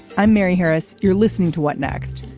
i'm mary harris. you're listening to what next.